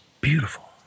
beautiful